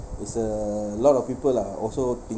it's a lot of people are also thinking